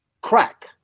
crack